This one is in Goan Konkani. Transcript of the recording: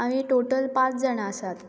आमी टॉटल पांच जाणां आसात